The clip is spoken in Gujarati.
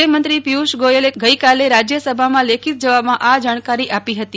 રેલવે મંત્રી પિયુષ ગોયલે આજે રાજ્યસભામાં લેખિત જવાબમાં આ જાણકારી આપી હતી